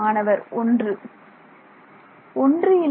மாணவர் ஒன்று ஒன்று இல்லை